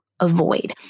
avoid